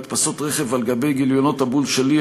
הדפסות על גבי גיליונות "הבול שלי",